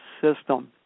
system